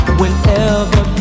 whenever